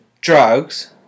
drugs